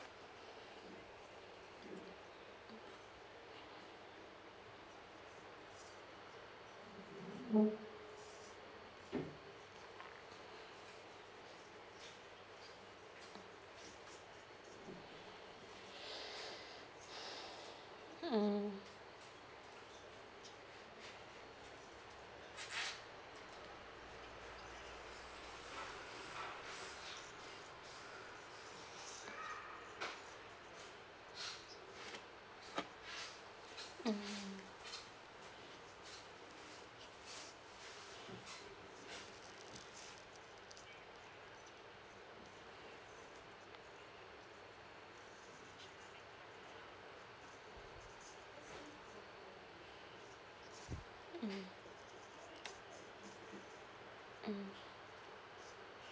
mm mmhmm mm mm